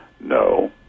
No